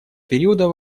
периода